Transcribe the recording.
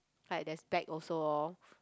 like there's bag also orh